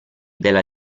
della